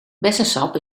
bessensap